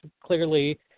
clearly